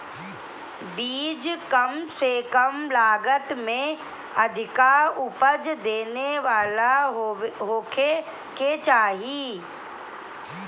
बीज कम से कम लागत में अधिका उपज देवे वाला होखे के चाही